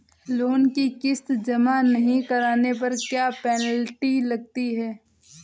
Loan की किश्त जमा नहीं कराने पर क्या पेनल्टी लगती है?